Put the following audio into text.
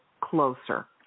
closer